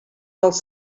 dels